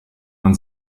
man